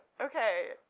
okay